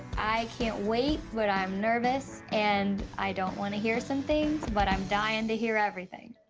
i can't wait, but i'm nervous, and i don't want to hear some things, but i'm dying to hear everything.